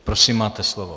Prosím, máte slovo.